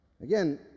again